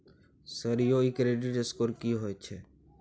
Sir यौ इ credit score की होयत छै?